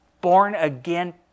born-again